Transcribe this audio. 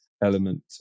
element